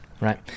Right